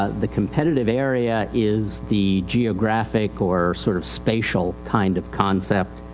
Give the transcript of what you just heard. ah the competitive area is the geographic or sort of spatial kind of concept,